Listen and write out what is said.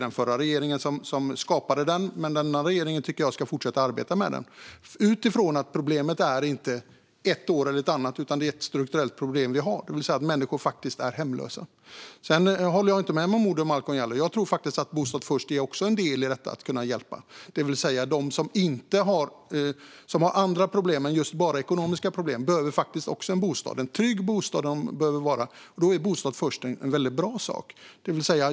Den förra regeringen skapade den, och jag tycker att den här regeringen ska fortsätta arbeta med den. Problemet förändras inte från det ena året till det andra, utan det är ett strukturellt problem att människor är hemlösa. Jag håller inte med Malcolm Momodou Jallow om att Bostad först inte är del i detta. De som har andra problem än bara ekonomiska behöver också en trygg bostad, och då är Bostad först en väldigt bra sak.